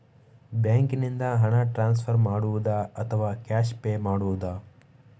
ಬ್ಯಾಂಕಿನಿಂದ ಹಣ ಟ್ರಾನ್ಸ್ಫರ್ ಮಾಡುವುದ ಅಥವಾ ಕ್ಯಾಶ್ ಪೇ ಮಾಡುವುದು?